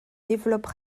développe